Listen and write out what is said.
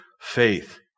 faith